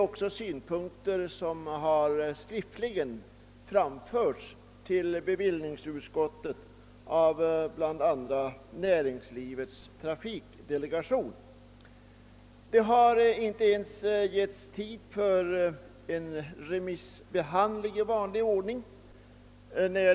Samma synpunkt har skriftligen framförts till bevillningsutskottet av bl.a. näringslivets trafikdelegation. Vad släpvagnsbeskattningen beträffar har det inte ens givits tid för en remissbehandling i vanlig ordning.